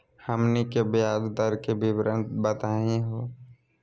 हमनी के ब्याज दर के विवरण बताही हो?